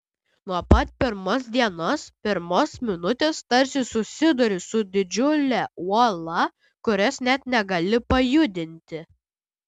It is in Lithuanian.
nuo pat pirmos dienos pirmos minutės tarsi susiduri su didžiule uola kurios net negali pajudinti